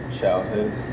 Childhood